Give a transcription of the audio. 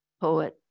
poet